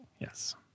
Yes